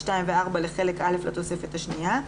(2) ו-(4) לחלק א' לתוספת השנייה.